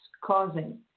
causing